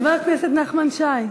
חבר הכנסת שי,